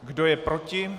Kdo je proti?